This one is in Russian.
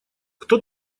кто